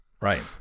Right